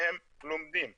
מהם לומדים ואם,